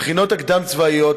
במכינות הקדם-צבאיות,